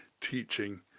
teaching